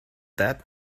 that